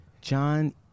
John